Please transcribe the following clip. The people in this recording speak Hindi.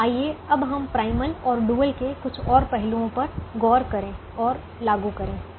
अब आइए हम प्राइमल और डुअल के कुछ और पहलुओं पर गौर करें और लागू करें